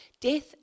Death